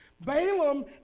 Balaam